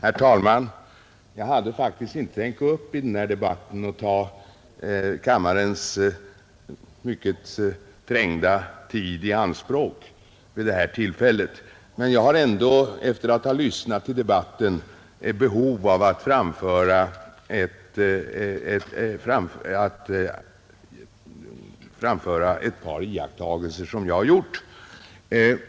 Herr talman! Jag hade faktiskt inte tänkt gå upp i den här debatten och ta kammarens mycket trängda tid i anspråk vid det här tillfället, men efter att ha lyssnat till debatten har jag ett behov av att framföra ett par iakttagelser jag har gjort.